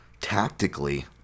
tactically